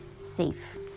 Safe